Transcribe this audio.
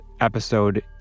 episode